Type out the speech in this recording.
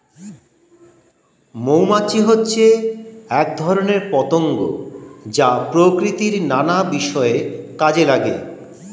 মৌমাছি হচ্ছে এক ধরনের পতঙ্গ যা প্রকৃতির নানা বিষয়ে কাজে লাগে